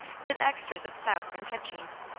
with extras of souse and headcheese.